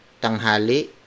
tanghali